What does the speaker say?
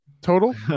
total